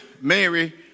mary